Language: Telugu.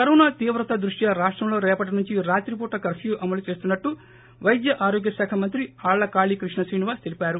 కరోనా తీవ్రత దృష్ట్యా రాష్టంలో రేపటి నుంచి రాత్రి పూట కర్ప్యూ అమలు చేస్తున్నట్టు వైద్య ఆరోగ్యశాఖ మంత్రి ఆళ్ళ కాళీకృష్ణ శ్రీనివాస్తెలిపారు